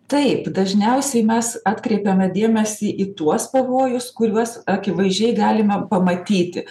taip dažniausiai mes atkreipiame dėmesį į tuos pavojus kuriuos akivaizdžiai galime pamatyti